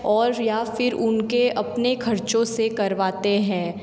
और या फिर उनके अपने खर्चों से करवाते हैं